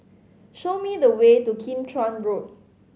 show me the way to Kim Chuan Road